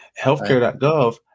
Healthcare.gov